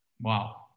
Wow